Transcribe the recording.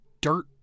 dirt